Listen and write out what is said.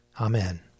Amen